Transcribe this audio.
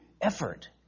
effort